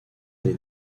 des